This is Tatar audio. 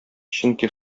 чөнки